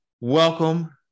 Welcome